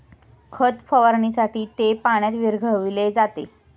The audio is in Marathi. खत फवारणीसाठी ते पाण्यात विरघळविले जाते